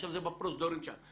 עכשיו זה בפרוזדורים שם.